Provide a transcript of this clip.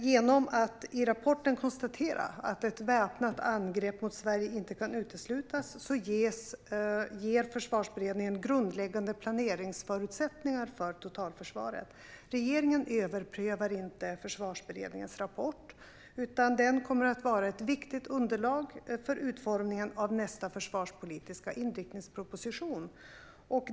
Genom att i rapporten konstatera att ett väpnat angrepp mot Sverige inte kan uteslutas ger Försvarsberedningen grundläggande planeringsförutsättningar för totalförsvaret. Regeringen överprövar inte Försvarsberedningens rapport, utan den kommer att vara ett viktigt underlag för utformningen av nästa försvarspolitiska inriktningsproposition.